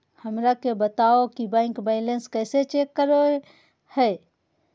हमरा के बताओ कि बैंक बैलेंस कैसे चेक करो है?